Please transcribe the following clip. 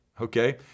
okay